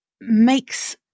makes